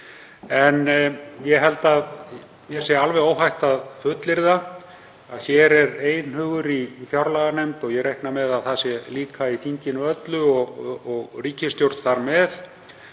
En ég held að mér sé alveg óhætt að fullyrða að það er einhugur í fjárlaganefnd og ég reikna með að það sé líka í þinginu öllu og ríkisstjórn, um að